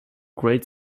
great